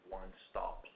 one-stop